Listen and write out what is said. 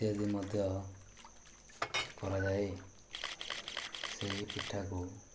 ଇତ୍ୟାଦି ମଧ୍ୟ କରାଯାଏ ସେହି ପିଠାକୁ